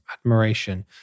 admiration